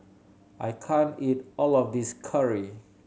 I can't eat all of this curry